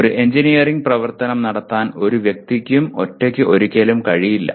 ഒരു എഞ്ചിനീയറിംഗ് പ്രവർത്തനം നടത്താൻ ഒരു വ്യക്തിക്കും ഒറ്റക്ക് ഒരിക്കലും കഴിയില്ല